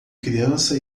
criança